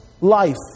life